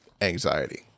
anxiety